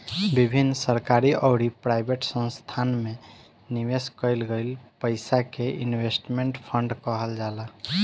विभिन्न सरकारी अउरी प्राइवेट संस्थासन में निवेश कईल गईल पईसा के इन्वेस्टमेंट फंड कहल जाला